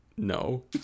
no